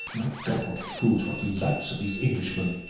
my god, what fools, what louts, are these englishmen!